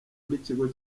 n’ikigo